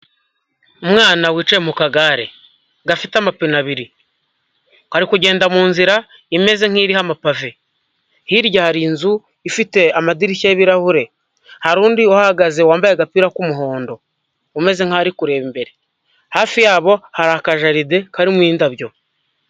Umwana wicaye mu kagare gafite amapine abiri ari kugenda mu nzira imeze nk'iriho amapave, hirya hari inzu ifite amadirishya y'ibirahure, hari undi uhahagaze wambaye agapira k'umuhondo umeze nkaho ari kure imbere hafi yabo hari akajaride karimo indabyo.